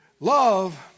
Love